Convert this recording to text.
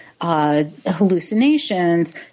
hallucinations